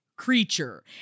creature